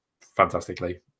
fantastically